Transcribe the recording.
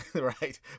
right